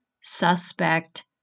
suspect